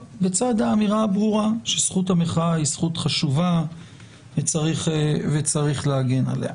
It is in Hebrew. בצד האמירה הברורה שזכות המחאה היא זכות חשובה וצריך להגן עליה.